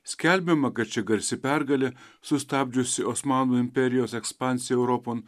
skelbiama kad ši garsi pergalė sustabdžiusi osmanų imperijos ekspansiją europon